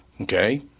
okay